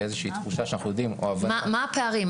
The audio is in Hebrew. איזושהי תחושה שאנחנו יודעים --- מה הפערים?